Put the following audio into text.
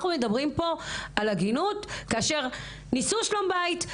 אחנו מדברים פה על עגינות כאשר ניסו שלום בית,